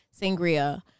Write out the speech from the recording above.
sangria